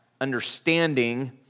understanding